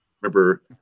Remember